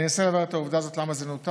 אני אנסה לברר את העובדה הזאת, למה זה נותק,